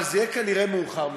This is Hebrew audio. אבל זה כנראה מאוחר מדי,